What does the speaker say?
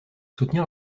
soutenir